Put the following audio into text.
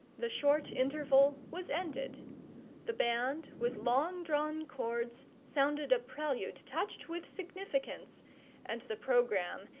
the short interval was ended the band, with long-drawn chords, sounded a prelude touched with significance and the programme,